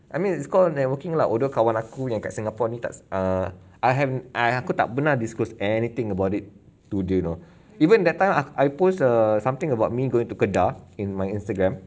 I mean it's called networking lah although kawan aku yang kat singapore ni tak err I have I aku tak pernah disclose anything about it to do you know even that time I post err something about me going to kedah in my instagram